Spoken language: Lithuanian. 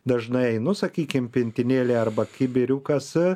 dažnai einu sakykim pintinėlė arba kibiriukas